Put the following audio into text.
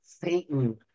Satan